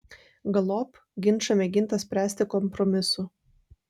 galop ginčą mėginta spręsti kompromisu